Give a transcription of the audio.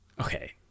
Okay